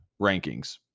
rankings